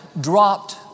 dropped